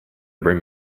bring